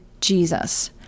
Jesus